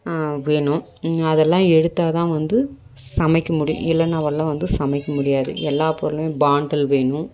வேணும் அதெல்லாம் எடுத்தால் தான் வந்து சமைக்க முடியும் இல்லைனா வந்து சமைக்க முடியாது எல்லா பொருளையும் பாண்டில் வேணும்